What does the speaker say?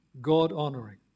God-honoring